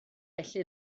felly